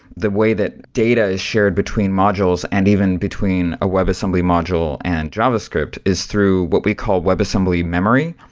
the way that data is shared between modules and even between a webassembly module and javascript is through what we call webassembly memory,